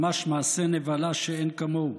ממש מעשה נבלה שאין כמוהו.